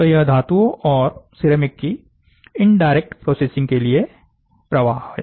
तो यह धातु और सिरेमिक के इनडायरेक्ट प्रोसेसिंग के लिए तरीका है